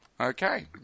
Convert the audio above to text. Okay